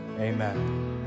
Amen